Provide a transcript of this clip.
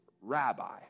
Rabbi